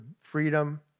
freedom